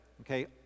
Okay